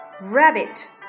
rabbit